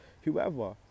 whoever